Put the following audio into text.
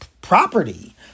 property